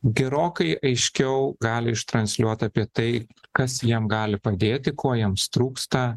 gerokai aiškiau gali ištransliuot apie tai kas jiem gali padėti ko jiems trūksta